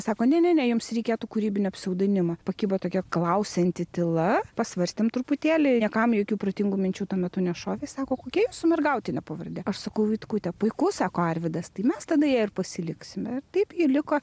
sako ne ne ne jums reikėtų kūrybinio pseudonimo pakibo tokia klausianti tyla pasvarstėm truputėlį niekam jokių protingų minčių tuo metu nešovė sako kokia jūsų mergautinė pavardė aš sakau vitkutė puiku sako arvydas tai mes tada ją ir pasiliksime taip ji liko